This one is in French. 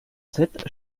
sept